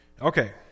Okay